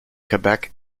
quebec